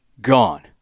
gone